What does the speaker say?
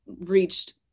reached